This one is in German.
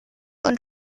und